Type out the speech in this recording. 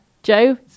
Joe